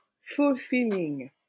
fulfilling